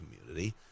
community